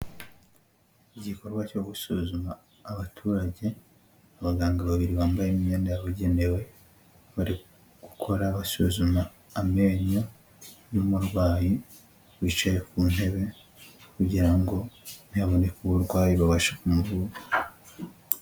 Igikorwa cyo gusuzuma abaturage, abaganga babiri bambaye imyenda yabugenewe, bari gukora basuzuma amenyo umurwayi wicaye ku ntebe kugira ngo nihaboneka uburwayi babashe kumuvura.